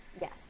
Yes